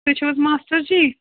تُہۍ چھِو حظ ماسٹَر جی